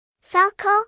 Falco